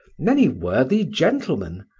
many worthy gentlemen,